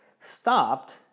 stopped